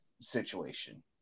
situation